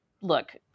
look